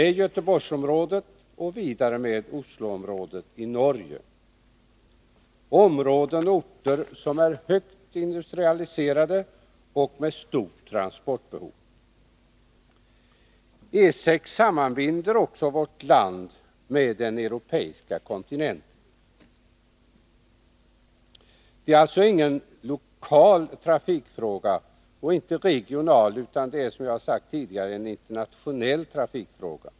E 6 sammanbinder också vårt land med den europeiska kontinenten. E 6 är alltså ingen lokal trafikfråga, inte heller en regional, utan en internationell trafikfråga.